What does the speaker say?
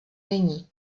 není